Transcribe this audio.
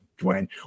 Dwayne